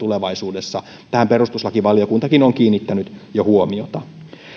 tähän perustuslakivaliokuntakin on jo kiinnittänyt huomiota